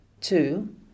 Two